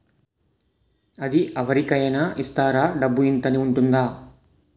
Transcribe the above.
అది అవరి కేనా ఇస్తారా? డబ్బు ఇంత అని ఉంటుందా?